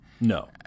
No